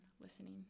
listening